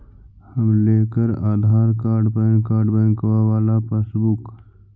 हम लेकर Aadhaar card PAN card बैंकवा वाला पासबुक?